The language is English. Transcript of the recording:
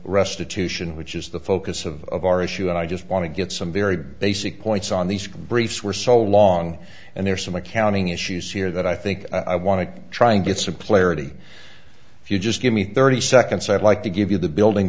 restitution which is the focus of our issue and i just want to get some very basic points on these briefs were so long and there are some accounting issues here that i think i want to try and get some player eighty if you just give me thirty seconds i'd like to give you the building